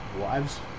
Wives